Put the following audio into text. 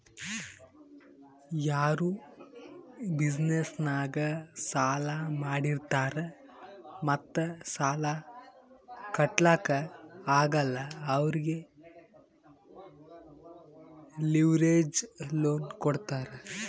ಯಾರು ಬಿಸಿನೆಸ್ ನಾಗ್ ಸಾಲಾ ಮಾಡಿರ್ತಾರ್ ಮತ್ತ ಸಾಲಾ ಕಟ್ಲಾಕ್ ಆಗಲ್ಲ ಅವ್ರಿಗೆ ಲಿವರೇಜ್ ಲೋನ್ ಕೊಡ್ತಾರ್